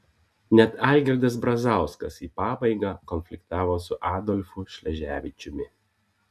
net algirdas brazauskas į pabaigą konfliktavo su adolfu šleževičiumi